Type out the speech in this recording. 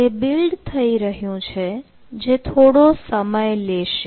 તે બિલ્ડ થઈ રહ્યું છે જે થોડો સમય લેશે